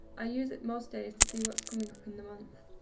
i use it most days to see what's coming up in the month.